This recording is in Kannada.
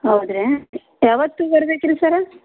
ಹೌದು ರೀ ಯಾವತ್ತು ಬರ್ಬೇಕು ರೀ ಸರ್